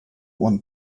want